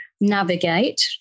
navigate